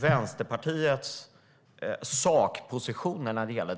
Vänsterpartiets sakposition är